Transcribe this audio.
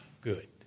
good